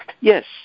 yes